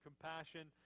compassion